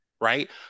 right